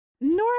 Nora